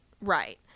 right